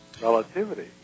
relativity